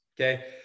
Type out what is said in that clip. okay